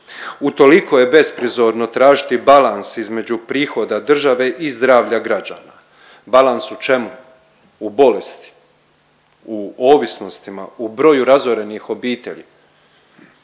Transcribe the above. Utoliko je besprizorno tražiti balans između prihoda države i zdravlja građana. Balans u čemu? U bolesti, u ovisnostima, u broju razorenih obitelji.